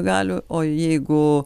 galių o jeigu